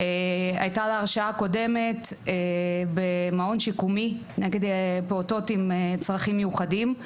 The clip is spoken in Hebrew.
הייתה לה הרשעה קודמת במעון שיקומי נגד פעוטות עם צרכים מיוחדים.